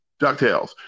Ducktales